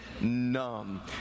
numb